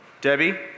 Debbie